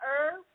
earth